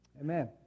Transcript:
Amen